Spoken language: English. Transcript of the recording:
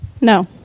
No